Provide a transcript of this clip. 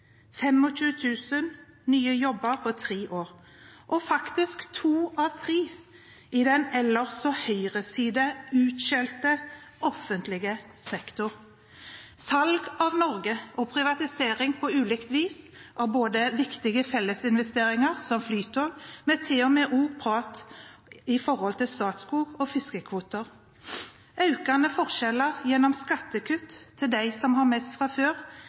25 000 nye jobber på tre år og faktisk to av tre i den ellers så høyresideutskjelte offentlige sektor salg av Norge og privatisering på ulikt vis – både av viktige fellesinvesteringer som Flytoget, og også med snakk om Statskog og fiskekvoter økende forskjeller – gjennom skattekutt til dem som har mest fra før,